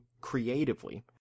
creatively